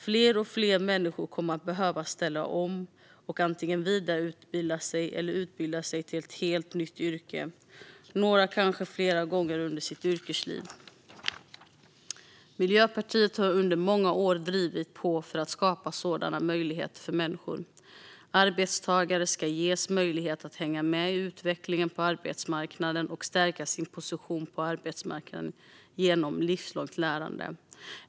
Fler och fler människor kommer att behöva ställa om och antingen vidareutbilda sig eller utbilda sig till ett helt nytt yrke, några kanske flera gånger under sitt yrkesliv. Miljöpartiet har under många år drivit på för att skapa sådana möjligheter för människor. Arbetstagare ska ges möjlighet att hänga med i utvecklingen på arbetsmarknaden och stärka sin position på arbetsmarknaden genom livslångt lärande.